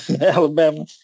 Alabama